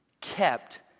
kept